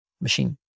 machine